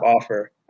offer